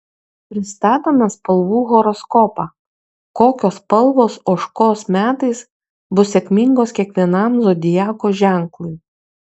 pristatome spalvų horoskopą kokios spalvos ožkos metais bus sėkmingos kiekvienam zodiako ženklui